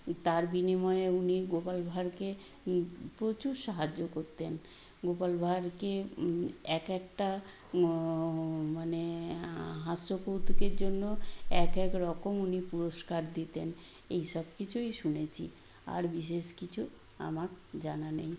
তার বিনিময়ে উনি গোপাল ভাঁড়কে প্রচুর সাহায্য করতেন গোপাল ভাঁড়কে এক একটা মানে হাস্য কৌতুকের জন্য এক এক রকম উনি পুরস্কার দিতেন এই সব কিছুই শুনেছি আর বিশেষ কিছু আমার জানা নেই